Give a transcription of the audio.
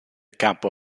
campo